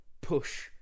push